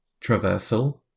traversal